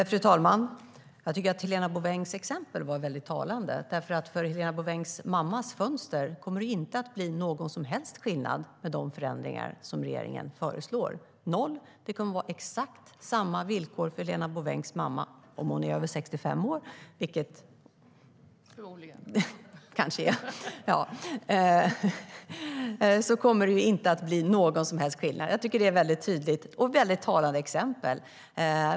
Fru talman! Jag tycker att Helena Bouvengs exempel var väldigt talande. För Helena Bouvengs mammas fönster kommer det nämligen inte att bli någon som helst skillnad med de förändringar som regeringen föreslår - noll. Det kommer att vara exakt samma villkor för Helena Bouvengs mamma. Om hon är över 65 år, vilket hon kanske är, kommer det inte att bli någon som helst skillnad. Jag tycker att det är ett väldigt tydligt och väldigt talande exempel.